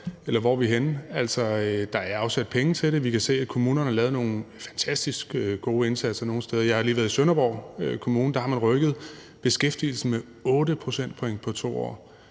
Der er afsat penge til det. Vi kan se, at kommunerne har lavet nogle fantastisk gode indsatser nogle steder. Jeg har lige været i Sønderborg Kommune, og der har man rykket beskæftigelsen opad med 8 procentpoint på 2 år.